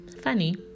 funny